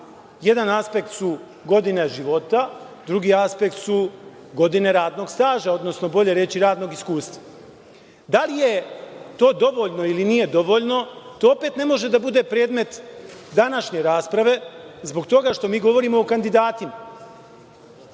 Jedan aspekt su godine života, drugi aspekt su godine radnog staža, odnosno bolje reći radnog iskustva. Da li je to dovoljno ili nije dovoljno, to opet ne može da bude predmet današnje rasprave, zbog toga što mi govorimo o kandidatima.